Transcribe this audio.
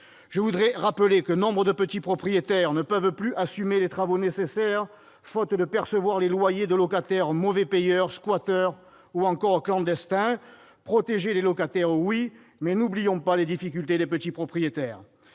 Je voudrais rappeler que nombre de petits propriétaires ne peuvent plus assumer les travaux nécessaires, faute de percevoir les loyers de locataires mauvais payeurs, squatteurs ou clandestins. Protéger les locataires, oui, mais n'oublions pas les difficultés des petits propriétaires.